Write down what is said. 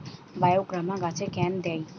বায়োগ্রামা গাছে কেন দেয়?